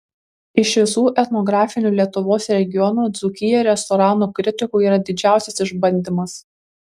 iš visų etnografinių lietuvos regionų dzūkija restoranų kritikui yra didžiausias išbandymas